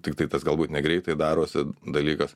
tiktai tas galbūt negreitai darosi dalykas